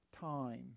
time